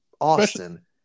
Austin